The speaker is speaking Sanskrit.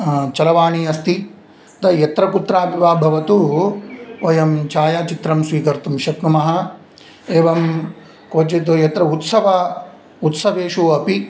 चलवाणी अस्ति अत यत्रकुत्रापि वा भवतु वयं छायाचित्रं स्वीकर्तुं शक्नुमः एवं क्वचित् यत्र उत्सव उत्सवेषु अपि